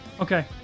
Okay